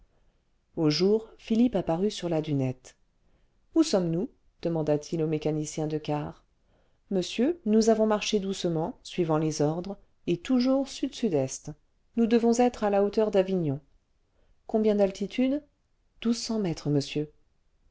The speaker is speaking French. jour philippe apparut sur la dunette ce où sommes-nous demanda-t-il au mécanicien de quart monsieur nous avons marché doucement suivant les ordres et toujours sud sud est nous devons être à la hauteur d'avignon combien d'altitude douze cents mètres monsieur